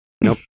Nope